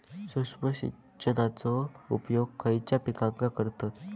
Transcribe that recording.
सूक्ष्म सिंचनाचो उपयोग खयच्या पिकांका करतत?